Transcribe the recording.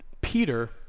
Peter